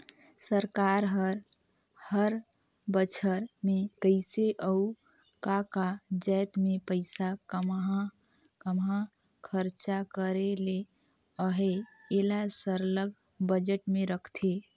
सरकार हर हर बछर में कइसे अउ का का जाएत में पइसा काम्हां काम्हां खरचा करे ले अहे एला सरलग बजट में रखथे